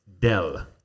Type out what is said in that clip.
Dell